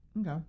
okay